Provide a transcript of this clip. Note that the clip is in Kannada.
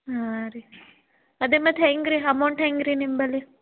ಹಾಂ ರೀ ಅದೇ ಮತ್ತು ಹೆಂಗೆ ರೀ ಹಮೌಂಟ್ ಹೆಂಗೆ ರೀ ನಿಂಬಲ್ಲಿ